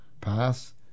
Pass